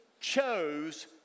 chose